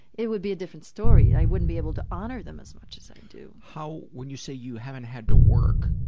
it would be a different story. i wouldn't be able to honor them as much as i do. how when you say you haven't had to work,